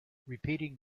repeating